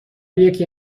یکی